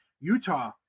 Utah